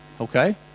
Okay